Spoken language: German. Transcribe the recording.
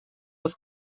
aus